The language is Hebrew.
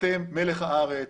אתם מלח הארץ,